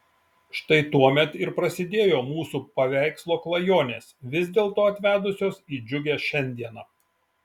štai tuomet ir prasidėjo mūsų paveikslo klajonės vis dėlto atvedusios į džiugią šiandieną